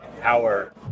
power